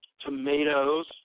Tomatoes